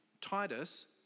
Titus